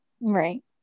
Right